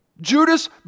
Judas